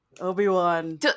obi-wan